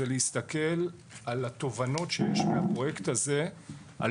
זה להסתכל על התובנות שיש מהפרויקט הזה על